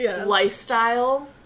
lifestyle